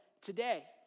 today